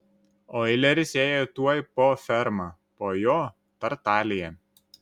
oileris ėjo tuoj po ferma po jo tartalija